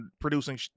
producing